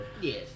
Yes